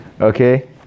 Okay